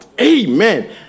Amen